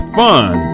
fun